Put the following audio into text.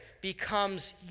becomes